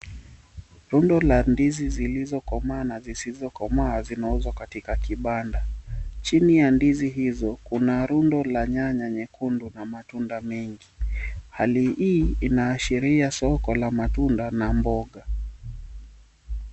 Rundo la ndizi zilizokomaa na zisizokomaa zinauuza katika kibanda, chini ya ndizi hizo kuna rundo la nyanya nyekundu na matunda mengi hali hii inashiria soko la matunda na mboga.